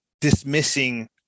dismissing